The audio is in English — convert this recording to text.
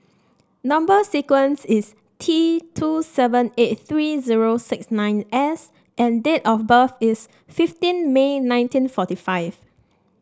number sequence is T two seven eight three zero six nine S and date of birth is fifteen May nineteen forty five